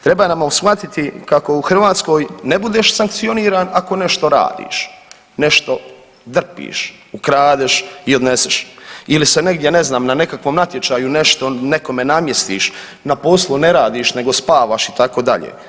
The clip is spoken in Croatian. Trebamo shvatiti kako u Hrvatskoj ne budeš sankcioniran ako nešto radiš, nešto drpiš, ukradeš i odneseš ili se ne znam negdje na nekakvom natječaju nešto nekome namjestiš, na poslu ne radiš nego spavaš itd.